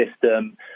system